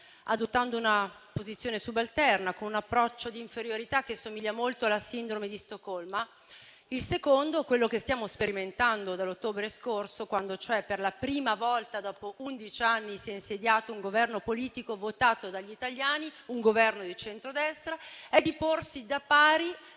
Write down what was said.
adottando una posizione subalterna con un approccio di inferiorità che somiglia molto alla sindrome di Stoccolma; il secondo, quello che stiamo sperimentando dall'ottobre scorso, quando cioè per la prima volta dopo undici anni si è insediato un Governo politico votato dagli italiani, un Governo di centrodestra, è di porsi da pari